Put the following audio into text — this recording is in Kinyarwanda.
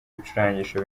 bicurangisho